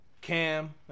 Cam